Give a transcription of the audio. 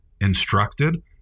instructed